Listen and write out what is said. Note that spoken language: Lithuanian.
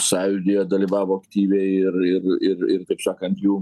sąjūdyje dalyvavo aktyviai ir ir ir ir kaip sakant jų